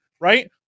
right